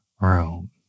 room